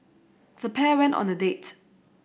the pair went on a date